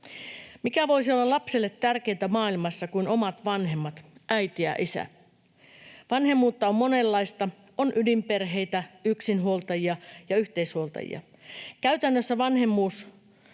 Mikä voisi olla lapselle tärkeämpää maailmassa kuin omat vanhemmat: äiti ja isä. Vanhemmuutta on monenlaista: on ydinperheitä, yksinhuoltajia ja yhteishuoltajia. Käytännössä